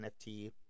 NFT